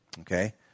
okay